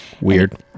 Weird